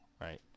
right